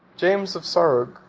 james of sarug,